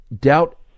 Doubt